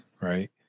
right